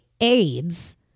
AIDS